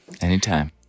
anytime